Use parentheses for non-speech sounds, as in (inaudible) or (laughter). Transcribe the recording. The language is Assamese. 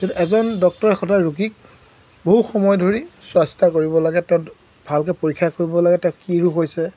(unintelligible) এজন ডক্টৰে এটা ৰোগীক বহু সময় ধৰি চোৱাচিতা কৰিব লাগে (unintelligible) ভালকৈ পৰীক্ষা কৰিব লাগে তেওঁৰ কি ৰোগ হৈছে